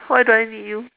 why do I need you